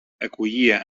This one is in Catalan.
acollia